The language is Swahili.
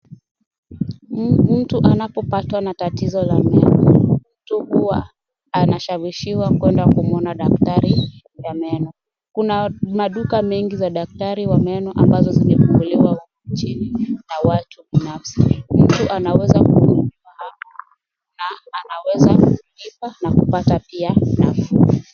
Mtu anapopatwa na tatizo la meno, mtu huwa anashawishiwa kuenda kumuona daktari ya meno. Kuna maduka mengi za daktari wa meno ambazo zimefunguliwa nchini na watu binafsi. Mtu anaweza kuhudumiwa hapa na anaweza kulipa na kupata pia nafuu.